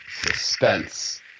Suspense